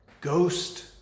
ghost